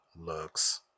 looks